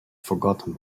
forgotten